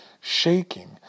shaking